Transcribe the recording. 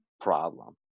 problem